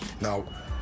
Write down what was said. now